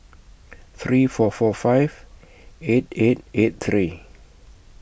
three four four five eight eight eight three